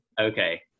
Okay